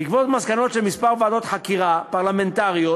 בעקבות מסקנות של כמה ועדות חקירה פרלמנטריות,